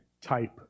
type